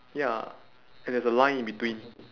ya and there's a line in between